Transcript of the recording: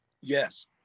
Yes